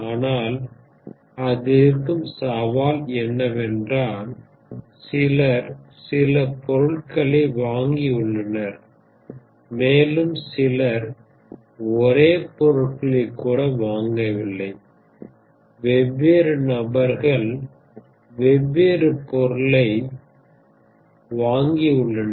ஆனால் அதிலிருக்கும் சவால் என்னவென்றால் சிலர் சில பொருட்களை வாங்கியுள்ளனர் மேலும் சிலர் ஒரே பொருட்களை கூட வாங்கவில்லை வெவ்வேறு நபர்கள் வெவ்வேறு பொருளை வாங்கியுள்ளனர்